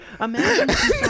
imagine